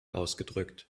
ausgedrückt